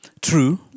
True